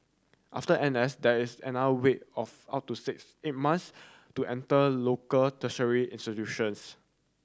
after N S there is another wait of up to six eight months to enter local tertiary institutions